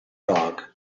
dog